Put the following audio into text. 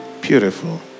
Beautiful